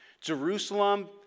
Jerusalem